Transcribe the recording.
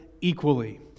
equally